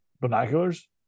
Binoculars